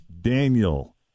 Daniel